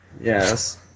Yes